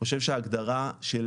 חושב שההגדרה של